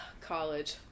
College